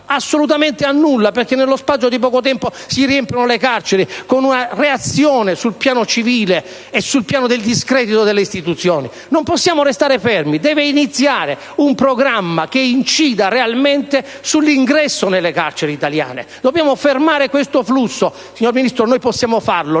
assoluta, perché nello spazio di poco tempo si riempiono le carceri, con una reazione sul piano civile e del discredito delle istituzioni. Non possiamo restare fermi; deve iniziare un programma che incida realmente sull'ingresso nelle carceri italiane; dobbiamo fermare questo flusso. Signor Ministro, noi possiamo farlo.